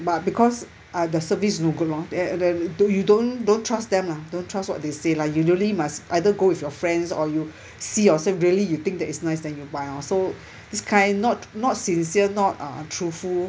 but because uh the service no good lor that that you don't don't trust them lah don't trust what they say lah you really must either go with your friends or you see yourself really you think that is nice then you buy orh so this kind not not sincere not uh truthful